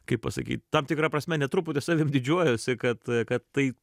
kaip pasakyt tam tikra prasme net truputį savim didžiuojuosi kad kad tai